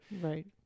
Right